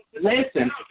Listen